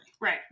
Right